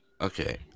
Okay